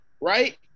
Right